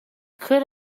could